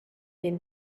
been